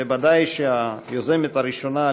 בוודאי שהיוזמת הראשונה,